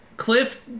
Cliff